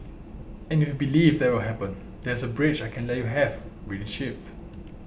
and if you believe that will happen there is a bridge I can let you have really cheap